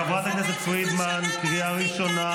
חברת הכנסת פרידמן, קריאה ראשונה.